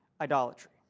idolatry